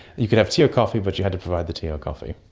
you could have tea or coffee but you had to provide the tea or coffee.